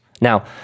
now